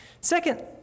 Second